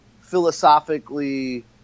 philosophically